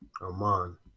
Aman